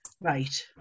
Right